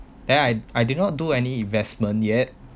then I I did not do any investment yet